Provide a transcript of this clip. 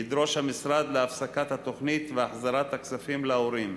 ידרוש המשרד הפסקת התוכנית והחזרת הכספים להורים.